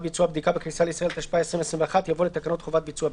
היציאה מישראל והכניסה אליה) התשפ"א 2021 (להלן- התקנות העיקריות),